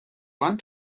one